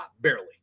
barely